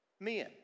men